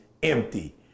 Empty